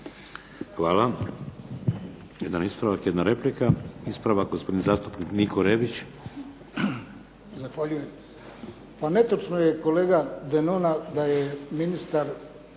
Hvala. Jedan ispravak, jedna replika. Ispravak, gospodin zastupnik Niko Rebić. **Rebić, Niko (HDZ)** Zahvaljujem. Pa netočno je, kolega Denona, da je ministar